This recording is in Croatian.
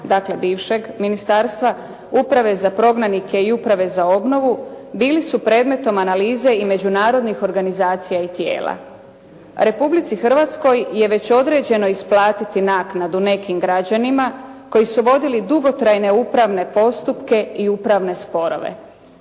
dakle bivšeg ministarstva, Uprave za prognanike i Uprave za obnovu bili su predmetom analize i međunarodnih organizacija i tijela. Republici Hrvatskoj je već određeno isplatiti naknadu nekim građanima koji su vodili dugotrajne upravne postupke i upravne sporove.